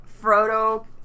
Frodo